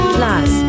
Class